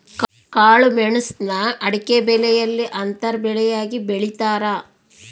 ಕಾಳುಮೆಣುಸ್ನ ಅಡಿಕೆಬೆಲೆಯಲ್ಲಿ ಅಂತರ ಬೆಳೆಯಾಗಿ ಬೆಳೀತಾರ